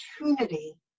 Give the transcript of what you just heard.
opportunity